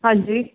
ਹਾਂਜੀ